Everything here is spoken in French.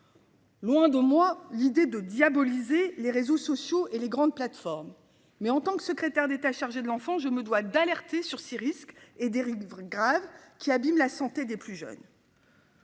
Loin de moi l'idée de diaboliser les réseaux sociaux et les grandes plateformes mais en tant que secrétaire d'État chargé de l'enfant. Je me dois d'alerter sur ces risques et d'Éric grave qui abîment la santé des plus jeunes.